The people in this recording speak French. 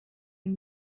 une